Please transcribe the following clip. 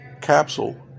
capsule